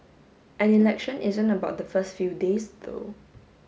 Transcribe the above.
an election isn't about the first few days though